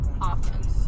Often